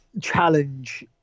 challenge